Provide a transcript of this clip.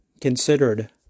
considered